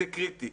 זה קריטי.